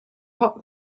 hot